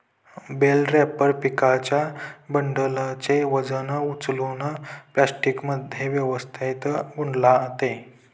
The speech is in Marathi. बेल रॅपर पिकांच्या बंडलचे वजन उचलून प्लास्टिकमध्ये व्यवस्थित गुंडाळते